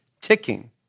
ticking